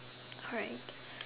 alright